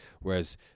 Whereas